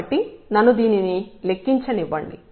కాబట్టి నన్ను దీనిని లెక్కించనివ్వండి